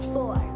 Four